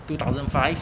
two thousand five